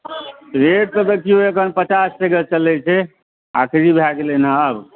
rate तऽ एखन देखिऔ पचास टके चलै छै आखिरी भऽ गेलै ने आब